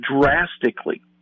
drastically